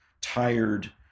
tired